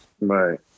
right